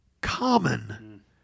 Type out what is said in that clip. common